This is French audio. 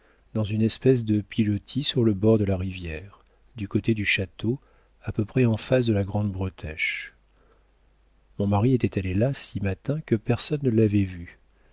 dans une espèce de pilotis sur le bord de la rivière du côté du château à peu près en face de la grande bretèche mon mari était allé là si matin que personne ne l'avait vu